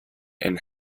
and